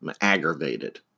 aggravated